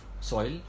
soil